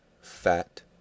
fat